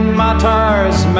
matters